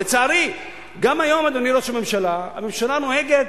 ולצערי גם היום, אדוני ראש הממשלה, הממשלה נוהגת